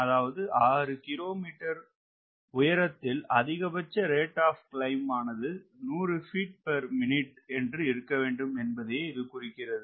அதாவது 6 km உயரத்தில் அதிகபட்ச rate of climb Maximum Rater of ClimbROCஆனது 100 பீட் பர் மினிட் என்று இருக்க வேண்டும் என்பதையே இது குறிக்கிறது